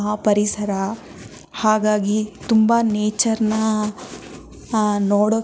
ಆ ಪರಿಸರ ಹಾಗಾಗಿ ತುಂಬ ನೇಚರ್ ನ ನೋಡೋಕ್ಕೆ